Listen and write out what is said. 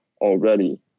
already